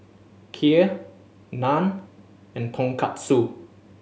Kheer Naan and Tonkatsu